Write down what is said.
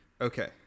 Okay